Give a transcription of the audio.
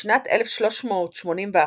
בשנת 1381,